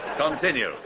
Continue